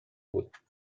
بود